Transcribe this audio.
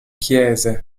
chiese